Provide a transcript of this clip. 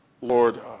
Lord